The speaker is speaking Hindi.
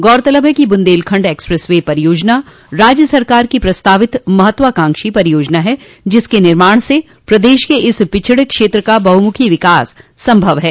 गौरतलब है कि बुन्देलखंड एक्सप्रेस वे परियोजना राज्य सरकार की प्रस्तावित महत्वाकांक्षी परियोजना है जिसके निर्माण से प्रदेश के इस पिछड़े क्षेत्र का बहुमुखी विकास संभव है